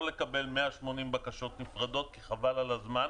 לא לקבל 180 בקשות נפרדות כי חבל על הזמן,